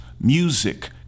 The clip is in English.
music